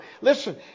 Listen